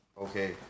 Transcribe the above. Okay